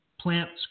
plants